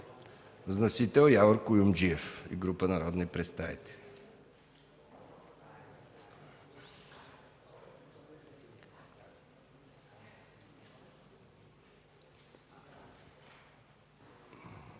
вносители Явор Куюмджиев и група народни представители.